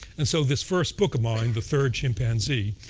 and so this first book of mine, the third chimpanzee,